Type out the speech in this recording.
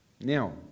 Now